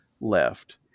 left